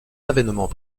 l’avènement